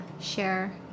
share